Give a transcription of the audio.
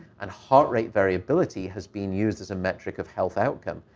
and heart rate variability has been used as a metric of health outcome,